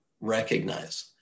recognize